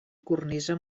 cornisa